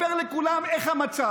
לספר לכולם איך המצב.